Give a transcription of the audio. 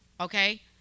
okay